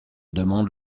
demande